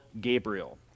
gabriel